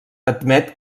admet